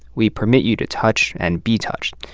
we permit you to touch and be touched.